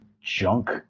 junk